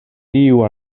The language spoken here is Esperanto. tiu